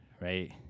right